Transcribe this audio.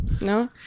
No